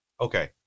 Okay